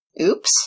Oops